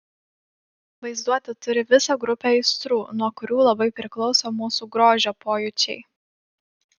vaizduotė turi visą grupę aistrų nuo kurių labai priklauso mūsų grožio pojūčiai